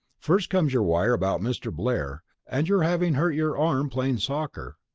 first comes your wire about mr. blair and your having hurt your arm playing soccer.